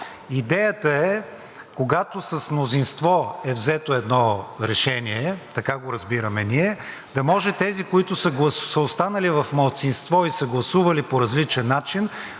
идеята е, когато с мнозинство е взето едно решение, така го разбираме ние, да може тези, които са останали в малцинство и са гласували по различен начин,